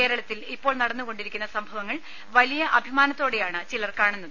കേരളത്തിൽ ഇപ്പോൾ നടന്നു കൊണ്ടിരിക്കുന്ന സംഭവങ്ങൾ വലിയ അഭിമാനത്തോടെയാണ് ചിലർ കാണുന്നത്